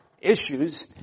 issues